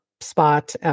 spot